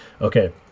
Okay